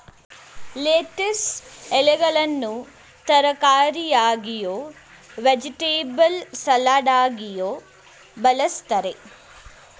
lettuce ಎಲೆಗಳನ್ನು ತರಕಾರಿಯಾಗಿಯೂ, vegetable ಸಲಡಾಗಿಯೂ ಬಳ್ಸತ್ತರೆ